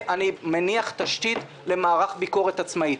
אני מניח תשתית למערך ביקורת עצמאית.